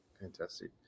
Fantastic